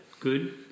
good